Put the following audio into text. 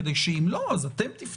אין פיקוח של המדינה על ההתנהלות שלו